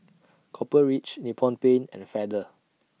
Copper Ridge Nippon Paint and Feather